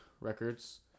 Records